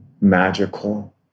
magical